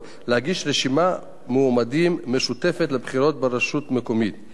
להגיש רשימת מועמדים משותפת לבחירות ברשות מקומית.